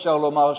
אפשר לומר,